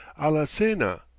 alacena